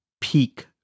peak